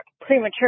premature